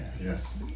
Yes